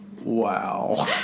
Wow